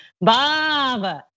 Bob